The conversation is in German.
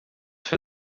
für